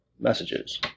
messages